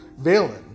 valen